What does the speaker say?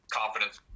confidence